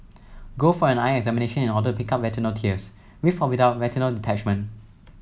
go for an eye examination in order to pick up retinal tears with or without retinal detachment